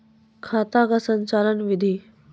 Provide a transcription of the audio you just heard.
खाता का संचालन बिधि?